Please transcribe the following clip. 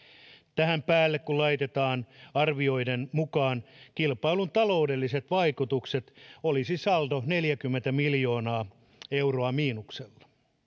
tähän päälle kun laitetaan arvioiden mukaan kilpailun taloudelliset vaikutukset olisi saldo neljäkymmentä miljoonaa euroa miinuksella